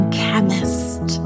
chemist